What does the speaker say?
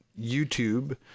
YouTube